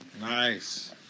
Nice